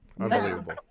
Unbelievable